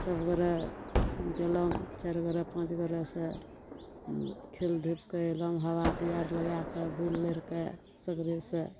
सबगोटे गेलहुॅं चारि गोटे पाँच गोटे से खेल धूप कऽ अयलहुॅं हवा बीया लगा कऽ बूलि लैरि कऽ सगरे सऽ